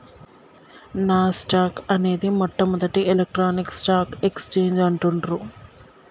నాస్ dock అనేది మొట్టమొదటి electronic stock exchange అంటుండ్రు